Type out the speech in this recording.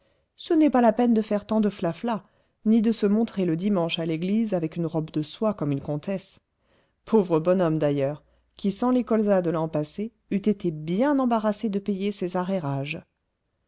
ce n'est pas la peine de faire tant de fla fla ni de se montrer le dimanche à l'église avec une robe de soie comme une comtesse pauvre bonhomme d'ailleurs qui sans les colzas de l'an passé eût été bien embarrassé de payer ses